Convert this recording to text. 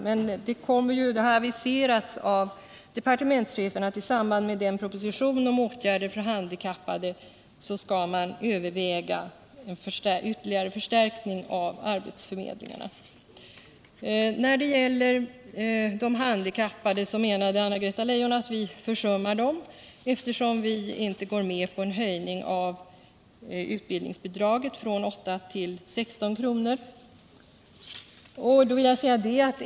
Men departementschefen har aviserat att man skall överväga en ytterligare förstärkning av arbetsförmedlingarna i samband med propositionen om åtgärder för handikappade. Anna-Greta Leijon menade att vi försummar de handikappade, eftersom vi inte går med på en höjning av utbildningsbidraget från 8 till 16 kr.